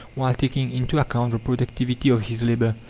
while taking into account the productivity of his labour.